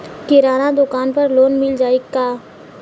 किराना दुकान पर लोन मिल जाई का?